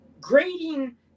grading